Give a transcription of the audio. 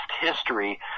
history